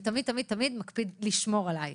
ותמיד מקפיד לשמור עליי.